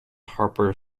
harper